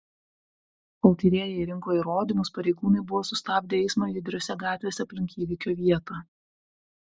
kol tyrėjai rinko įrodymus pareigūnai buvo sustabdę eismą judriose gatvėse aplink įvykio vietą